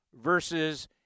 versus